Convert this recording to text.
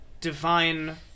divine